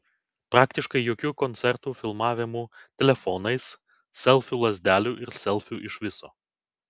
praktiškai jokių koncertų filmavimų telefonais selfių lazdelių ir selfių iš viso